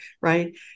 right